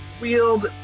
wield